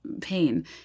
pain